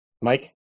Mike